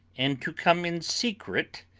and to come in secret,